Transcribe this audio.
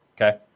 Okay